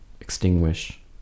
extinguish